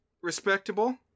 respectable